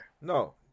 no